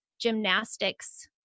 gymnastics